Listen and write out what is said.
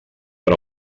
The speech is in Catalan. per